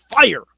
fire